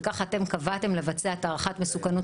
וככה אתם קבעתם לבצע את הערכת המסוכנות